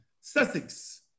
Sussex